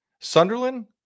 Sunderland